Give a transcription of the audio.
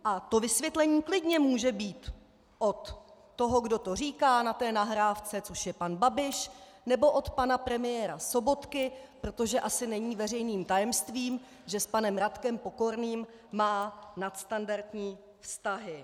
A to vysvětlení klidně může být od toho, kdo to říká na té nahrávce, což je pan Babiš, nebo od pana premiéra Sobotky, protože asi není veřejným tajemstvím, že s panem Radkem Pokorným má nadstandardní vztahy.